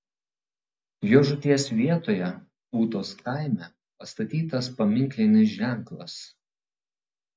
jo žūties vietoje ūtos kaime pastatytas paminklinis ženklas